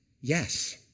yes